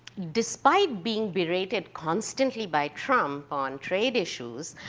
despite being berated constantly by trump on trade issues,